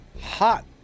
hot